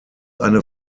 eine